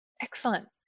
Excellent